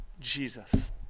Jesus